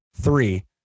three